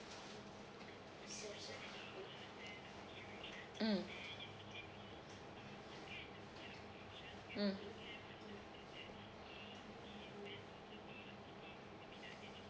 mm mm